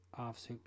offsuit